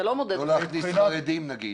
אתה לא מודד --- לא להכניס חרדים, נגיד.